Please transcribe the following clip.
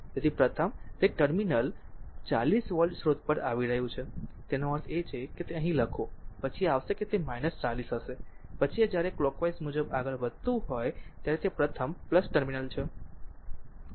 તેથી પ્રથમ તે ટર્મિનલ 40 વોલ્ટ સ્રોત પર આવી રહ્યું છે તેનો અર્થ એ છે કે તે અહીં લખો પછી આવશે કે તે 40 હશે પછી આ જ્યારે કલોકવાઈઝ મુજબ આગળ વધતું હોય ત્યારે તે પ્રથમ ટર્મિનલ છે